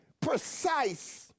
precise